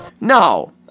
No